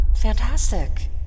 fantastic